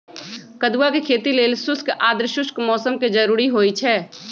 कदुआ के खेती लेल शुष्क आद्रशुष्क मौसम कें जरूरी होइ छै